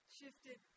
shifted